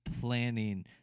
planning